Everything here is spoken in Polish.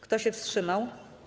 Kto się wstrzymał?